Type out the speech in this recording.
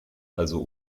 also